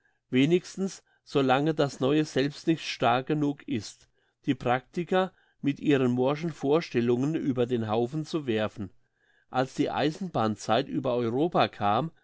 wenigstens so lange das neue selbst nicht stark genug ist die praktiker mit ihren morschen vorstellungen über den haufen zu werfen als die eisenbahnzeit über europa kam